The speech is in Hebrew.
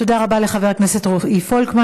תודה רבה לחבר הכנסת רועי פולקמן.